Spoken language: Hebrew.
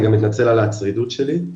אני גם מתנצל על הצרידות שלי,